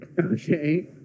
Okay